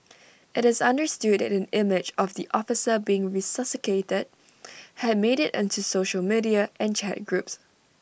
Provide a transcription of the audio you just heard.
IT is understood that an image of the officer being resuscitated had made IT onto social media and chat groups